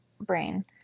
brain